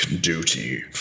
duty